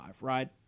right